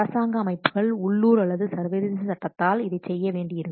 அரசாங்க அமைப்புகள் உள்ளூர் அல்லது சர்வதேச சட்டத்தால் இதைச் செய்ய வேண்டியிருக்கும்